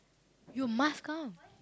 you must come